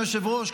אדוני היושב-ראש,